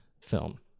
film